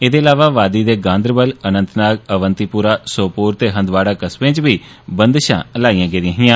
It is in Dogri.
एहदे इलावा वादी दे गांदरबल अनन्तनाग अवंतीपुरा सोपोर ते हंदवाड़ा कस्बे च बी बंदशां लाइयां गेदियां हियां